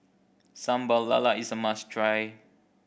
Sambal Lala is a must try